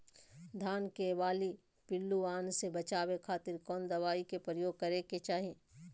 धान के बाली पिल्लूआन से बचावे खातिर कौन दवाई के उपयोग करे के चाही?